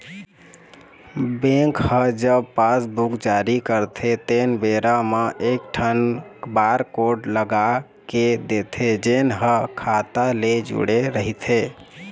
bank ह जब passbook जारी करथे तेन बेरा म एकठन बारकोड लगा के देथे जेन ह खाता ले जुड़े रहिथे